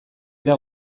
era